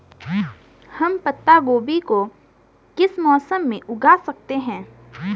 हम पत्ता गोभी को किस मौसम में उगा सकते हैं?